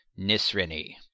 Nisrini